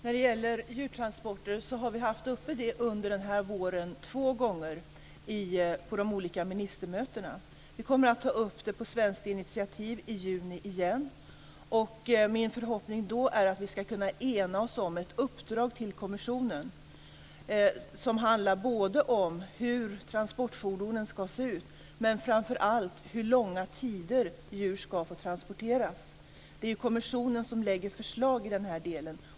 Fru talman! Djurtransporterna har vi haft uppe två gånger under den här våren på de olika ministermötena. Vi kommer att ta upp det på svenskt initiativ i juni igen. Min förhoppning är att vi då ska kunna ena oss om ett uppdrag till kommissionen som handlar både om hur transportfordonen ska se ut och framför allt om hur långa tider djur ska få transporteras. Det är kommissionen som lägger fram förslag i den här delen.